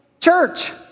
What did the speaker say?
Church